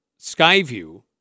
Skyview